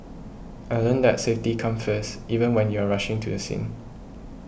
I learnt that safety comes first even when you are rushing to a scene